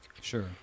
Sure